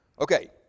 Okay